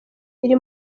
iri